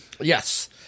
Yes